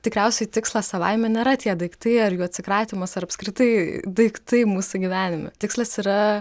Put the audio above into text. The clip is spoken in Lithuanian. tikriausiai tikslas savaime nėra tie daiktai ar jų atsikratymas ar apskritai daiktai mūsų gyvenime tikslas yra